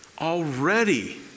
already